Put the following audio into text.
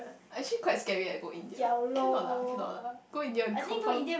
actually quite scary leh go India cannot lah cannot lah go India confirm